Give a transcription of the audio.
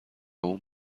اون